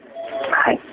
Hi